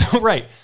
Right